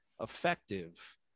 effective